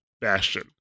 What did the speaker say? bastion